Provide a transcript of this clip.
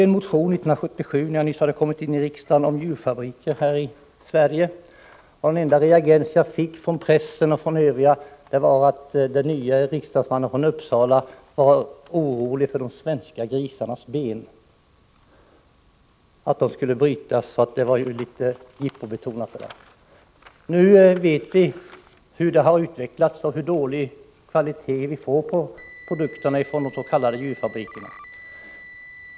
1977, när jag nyss hade kommit in i riksdagen, väckte jag en motion om djurfabrikerna i Sverige. Den enda reaktionen från press och övriga ledamöter var att den nye riksdagsmannen från Uppsala var orolig för att de svenska grisarnas ben skulle brytas. Det var litet jippobetonat. Nu vet vi hur det har gått och hur dålig kvaliteten är på produkterna från de s.k. djurfabrikerna.